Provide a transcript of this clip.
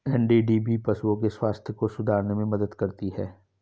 NDDB पशुओं के स्वास्थ्य को सुधारने में मदद करती है